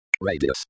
radius